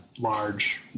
large